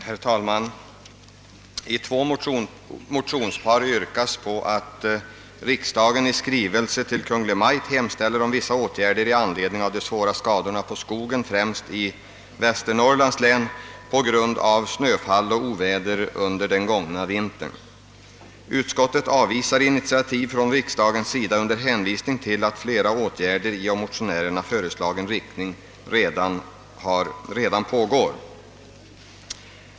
Herr talman! I två motionspar till årets riksdag yrkas att riksdagen i skrivelse till Kungl. Maj:t hemställer om vissa åtgärder i anledning av de svåra skadorna på skog, främst i Västernorrlands län, förorsakade av snöfall och oväder under den gångna vintern. Utskottet har avvisat förslaget att riksdagen tar några initiativ i det fallet under hänvisning till att flera åtgärder i av motionärerna föreslagen riktning redan är vidtagna.